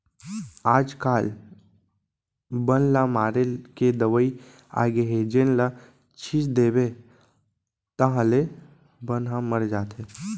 आजकाल बन ल मारे के दवई आगे हे जेन ल छिंच देबे ताहाँले बन ह मर जाथे